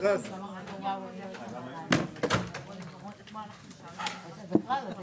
כאלה שהגיעו לארץ בגילים מבוגרים והם בלי פרנסה